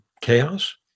chaos